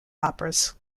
operas